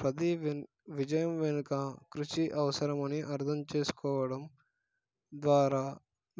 ప్రతిీ win విజయం వెనుక కృషి అవసరమని అర్థం చేసుకోవడం ద్వారా